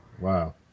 Wow